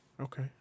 Okay